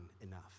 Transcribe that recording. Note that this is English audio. enough